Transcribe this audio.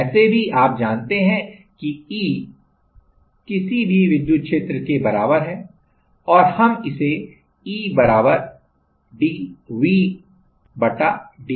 वैसे भी आप जानते हैं कि E किसी भी विद्युत क्षेत्र के बराबर हैऔर हम इसे E बराबर dVdr लिख सकते हैं